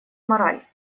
мораль